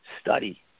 Study